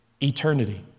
eternity